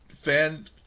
fan